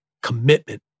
commitment